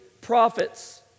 prophets